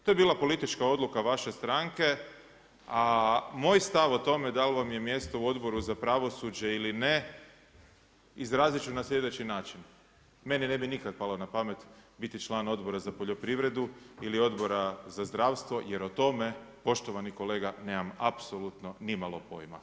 To je bila politička odluka vaše stranke, a moj stav o tome da li vam je mjesto u Odboru za pravosuđe ili ne izrazit ću na sljedeći način, meni ne bi nikada palo na pamet biti član Odbora za poljoprivredu ili Odbora za zdravstvo jer o tome poštovani kolega nemam apsolutno nimalo pojma.